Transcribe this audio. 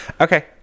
Okay